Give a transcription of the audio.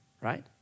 right